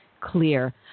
clear